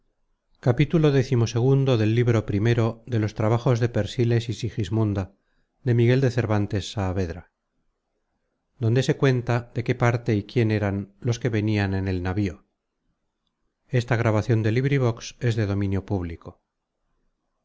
xii donde se cuenta de qué parte y quién eran los que venian en el navio content